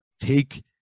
take